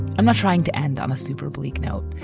i'm not trying to end on a super bleak note,